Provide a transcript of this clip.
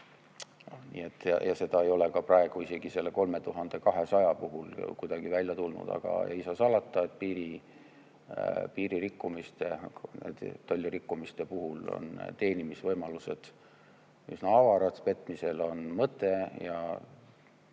ja seda ei ole ka praegu isegi selle 3200 puhul kuidagi välja tulnud. Aga ei saa salata, et piiririkkumiste, tollirikkumiste puhul on teenimisvõimalused üsna avarad, petmisel on mõte.